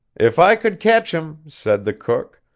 if i could catch him, said the cook,